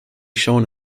shown